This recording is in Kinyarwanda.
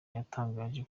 yatangaje